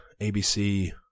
ABC